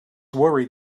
worried